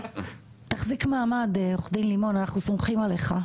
תחזיק מעמד עורך דין לימון, אנחנו סומכים עליך.